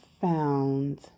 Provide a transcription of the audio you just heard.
found